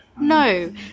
No